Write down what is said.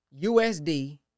USD